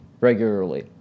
regularly